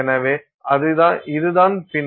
எனவே இது தான் பின்